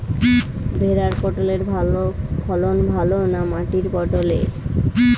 ভেরার পটলের ফলন ভালো না মাটির পটলের?